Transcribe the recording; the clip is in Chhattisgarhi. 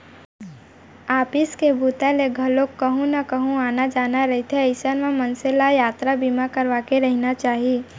ऑफिस के बूता ले घलोक कहूँ न कहूँ आना जाना रहिथे अइसन म मनसे ल यातरा बीमा करवाके रहिना चाही